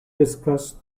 discuss